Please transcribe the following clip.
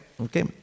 okay